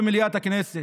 במליאת הכנסת: